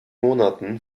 monaten